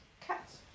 Cats